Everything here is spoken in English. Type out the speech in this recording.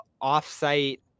off-site